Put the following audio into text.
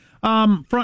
Front